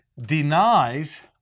denies